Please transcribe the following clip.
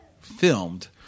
filmed